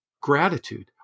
gratitude